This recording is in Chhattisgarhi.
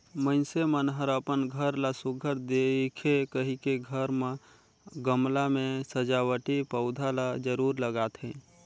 मइनसे मन हर अपन घर ला सुग्घर दिखे कहिके घर म गमला में सजावटी पउधा ल जरूर लगाथे